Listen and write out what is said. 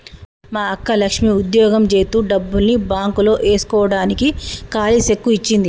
మా అక్క లక్ష్మి ఉద్యోగం జేత్తు డబ్బుల్ని బాంక్ లో ఏస్కోడానికి కాలీ సెక్కు ఇచ్చింది